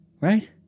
right